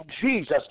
Jesus